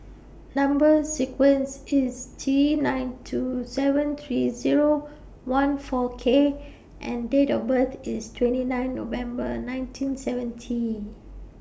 Number sequence IS T nine two seven three Zero one four K and Date of birth IS twenty nine November nineteen seventy